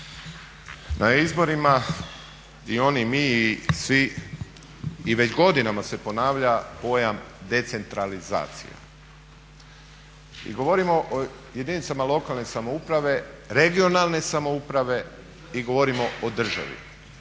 Na izborima i oni i mi i svi i već godinama se ponavlja pojam decentralizacije. I govorimo o jedinicama lokalne samouprave, regionalne samouprave i govorimo o državi.